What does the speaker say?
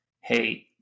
Hey